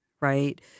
right